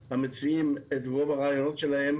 שדלו המציעים את רוב הרעיונות שלהם,